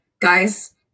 guys